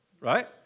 right